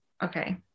Okay